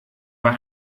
war